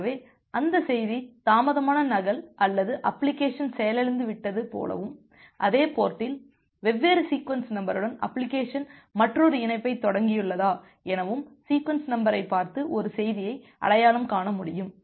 ஆகவே அந்தச் செய்தி தாமதமான நகல் அல்லது அப்ளிகேஷன் செயலிழந்துவிட்டது போலவும் அதே போர்டில் வெவ்வேறு சீக்வென்ஸ் நம்பருடன் அப்ளிகேஷன் மற்றொரு இணைப்பைத் தொடங்கியுள்ளதா எனவும் சீக்வென்ஸ் நம்பரைப் பார்த்து ஒரு செய்தியை அடையாளம் காண முடியும்